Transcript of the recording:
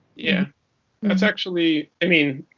yeah. and that's actually i mean,